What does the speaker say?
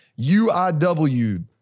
UIW